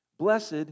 Blessed